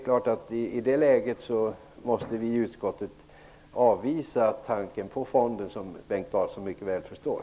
I det läget måste vi i utskottet avvisa tanken på fonden, vilket Bengt Dalström mycket väl förstår.